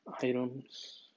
items